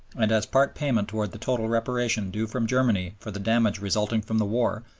and as part payment towards the total reparation due from germany for the damage resulting from the war,